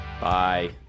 Bye